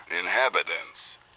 inhabitants